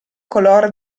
color